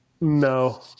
No